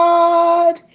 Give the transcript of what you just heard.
God